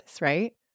right